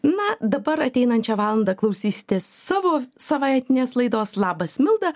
na dabar ateinančią valandą klausysitės savo savaitinės laidos labas milda